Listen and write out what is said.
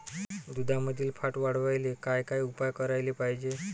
दुधामंदील फॅट वाढवायले काय काय उपाय करायले पाहिजे?